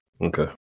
okay